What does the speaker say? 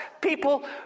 people